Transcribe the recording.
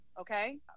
Okay